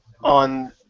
on